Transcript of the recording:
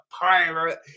pirate